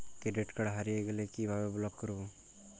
Credit card হারিয়ে গেলে কি ভাবে ব্লক করবো?